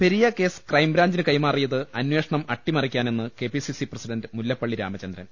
Periya case crime ബ്രാഞ്ചിന് കൈമാറിയത് അന്വേഷണം അട്ടിമറിക്കാനെന്ന് കെപിസിസി പ്രസിഡൻ് മുല്ലപ്പള്ളി രാമചന്ദ്രൻ